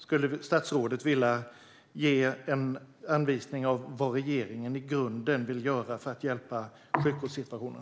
Skulle statsrådet vilja ge en fingervisning om vad regeringen vill göra i grunden för att hjälpa upp sjukvårdssituationen?